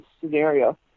scenario